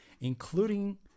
including